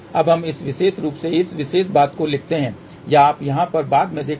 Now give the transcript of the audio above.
अब हम इस विशेष रूप में इस विशेष बात को लिखते हैं या आप यहाँ पर बाद में देख सकते हैं